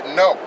no